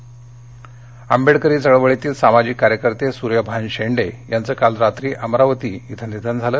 निधन अमरावती आंबेडकरी चळवळीतील सामाजिक कार्यकर्ते सूर्यभान शेंडे यांचे काल रात्री अमरावती इथं निधनझालं